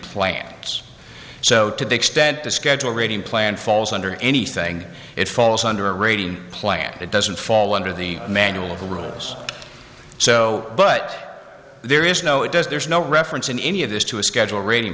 plans so to the extent the schedule rating plan falls under anything it falls under a rating plan it doesn't fall under the manual of the rules so but there is no it does there's no reference in any of this to a schedule rating